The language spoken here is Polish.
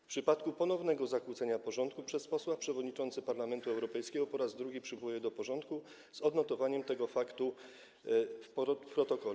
W przypadku ponownego zakłócenia porządku przez posła przewodniczący Parlamentu Europejskiego po raz drugi przywołuje go do porządku z odnotowaniem tego faktu w protokole.